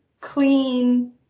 clean